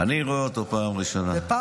אני רואה אותו פעם ראשונה.